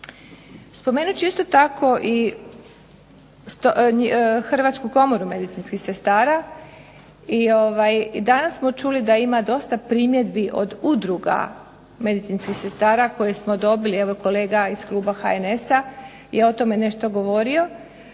Spomenut ću isto tako i Hrvatsku komoru medicinskih sestara, i danas smo čuli da ima dosta primjedbi od udruga medicinskih sestara koje smo dobili, evo kolega iz Kluba HNS-a je o tome nešto govorio.